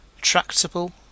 Tractable